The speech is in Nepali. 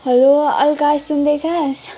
हेलो अलका सुन्दैछस्